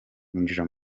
ninjira